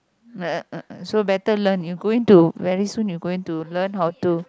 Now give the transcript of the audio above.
so better learn you going to very soon you going to learn how to